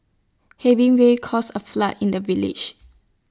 heavy rains caused A flood in the village